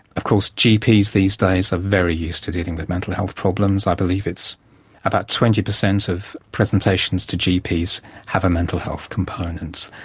of course gps these days are very used to dealing with mental health problems i believe it's about twenty per cent of presentations to gps have a mental health component.